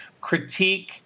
critique